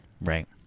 Right